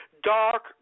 dark